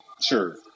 Sure